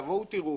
תבואו ותראו